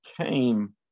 came